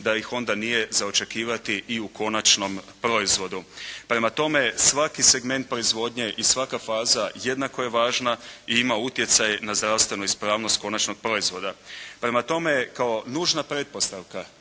da ih onda nije za očekivati i u konačnom proizvodu. Prema tome, svaki segment proizvodnje i svaka faza jednako je važna i ima utjecaj na zdravstvenu ispravnost konačnog proizvoda. Prema tome, kao nužna pretpostavka